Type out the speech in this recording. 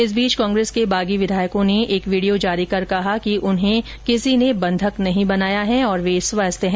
इस बीच कांग्रेस के बागी विधायकों ने एक वीडियो जारी कर कहा कि उन्हें किसी ने बंधक नहीं बनाया है और वे स्वस्थ हैं